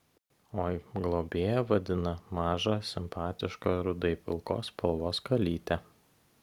oi globėja vadina mažą simpatišką rudai pilkos spalvos kalytę